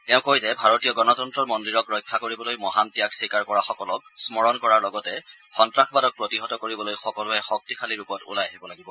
তেওঁ কয় যে ভাৰতীয় গণতন্তৰৰ মন্দিৰক ৰক্ষা কৰিবলৈ মহান ত্যাগ স্বীকাৰ কৰা সকলক স্মৰণ কৰাৰ লগতে সন্তাসবাদক প্ৰতিহত কৰিবলৈ সকলোৱে শক্তিশালীৰূপত ওলাই আহিব লাগিব